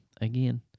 Again